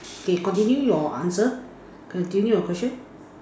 okay continue your answer continue your question